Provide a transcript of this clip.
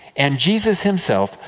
and jesus himself,